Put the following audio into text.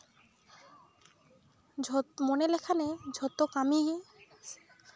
ᱡᱷᱚᱛᱚ ᱢᱚᱱᱮ ᱞᱮᱠᱷᱟᱱᱮ ᱡᱷᱚᱛᱚ ᱠᱟᱹᱢᱤᱭᱮ